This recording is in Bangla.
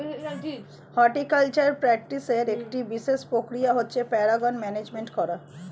হর্টিকালচারাল প্র্যাকটিসের একটি বিশেষ প্রকৃতি হচ্ছে পরাগায়ন ম্যানেজমেন্ট করা